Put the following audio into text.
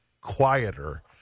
quieter